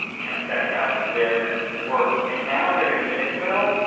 can affect how we live and work and now they're going to say, well,